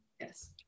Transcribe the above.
yes